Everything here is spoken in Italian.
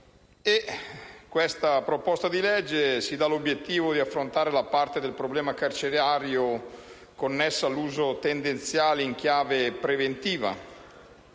e questa proposta di legge si dà l'obiettivo di affrontare la parte del problema carcerario connessa all'uso tendenziale in chiave preventiva